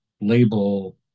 label